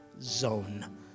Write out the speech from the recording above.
zone